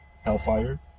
Hellfire